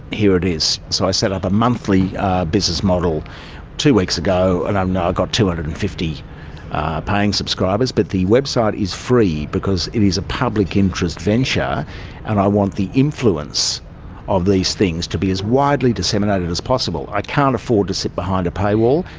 here it is. so i set up a monthly business model two weeks ago and um i got two hundred and fifty paying subscribers, but the website is free because it is a public interest venture and i want the influence of these things to be as widely disseminated as possible. i can't afford to sit behind a pay wall,